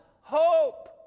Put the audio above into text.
hope